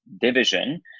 division